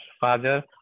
father